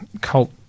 cult